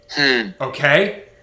Okay